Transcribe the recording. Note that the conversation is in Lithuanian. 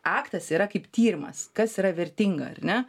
aktas yra kaip tyrimas kas yra vertinga ar ne